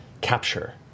capture